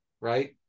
right